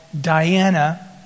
Diana